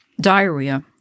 diarrhea